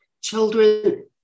children